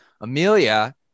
Amelia